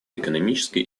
экономической